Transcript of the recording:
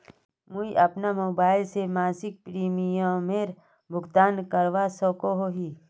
मुई अपना मोबाईल से मासिक प्रीमियमेर भुगतान करवा सकोहो ही?